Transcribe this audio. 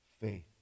faith